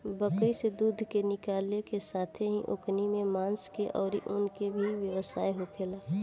बकरी से दूध के निकालला के साथेही ओकनी के मांस के आउर ऊन के भी व्यवसाय होखेला